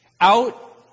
out